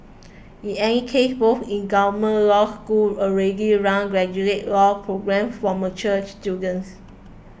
in any case both incumbent law schools already run graduate law programmes for mature students